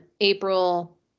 April